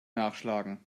nachschlagen